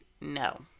No